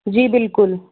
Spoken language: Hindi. जी बिल्कुल